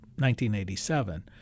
1987